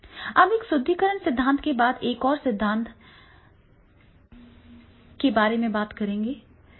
अब इस सुदृढीकरण सिद्धांत के बाद एक और सिद्धांत के बारे में बात करेंगे